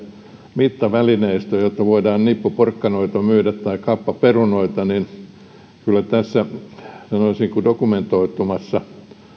mittavälineistöjä jotta voidaan nippu porkkanoita myydä tai kappa perunoita niin kyllä tässä sanoisinko dokumentoituvassa